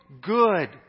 good